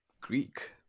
greek